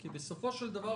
כי בסופו של דבר,